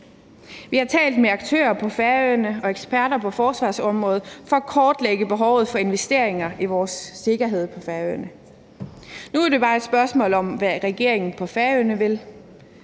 Vi har talt med aktører på Færøerne og eksperter på forsvarsområdet for at kortlægge behovet for investeringer i vores sikkerhed på Færøerne. Nu er det bare et spørgsmål om, hvad regeringen på Færøerne vil.